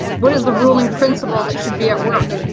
what is the ruling principle that should be at work?